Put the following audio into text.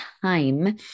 time